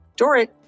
Dorit